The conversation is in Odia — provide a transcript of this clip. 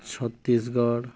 ଛତିଶଗଡ଼